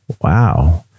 wow